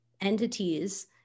entities